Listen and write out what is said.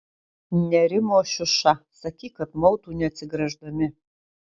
nerimo šiuša sakyk kad mautų neatsigręždami